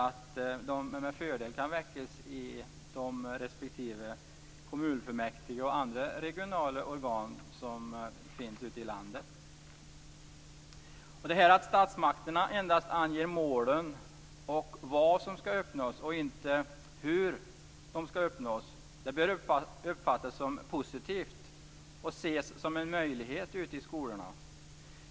De kan med fördel väckas i respektive kommunfullmäktige och andra regionala organ ute i landet. Detta med att statsmakterna endast anger målen och vad som skall uppnås, inte hur det skall ske, bör uppfattas som positivt och ses som en möjlighet ute i skolorna.